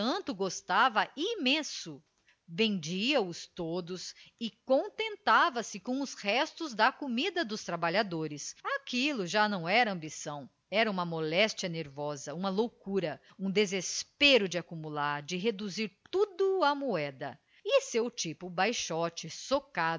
entanto gostava imenso vendia-os todos e contentava-se com os restos da comida dos trabalhadores aquilo já não era ambição era uma moléstia nervosa uma loucura um desespero de acumular de reduzir tudo a moeda e seu tipo baixote